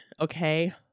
Okay